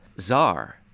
czar